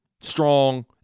Strong